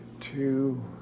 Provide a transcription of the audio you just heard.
two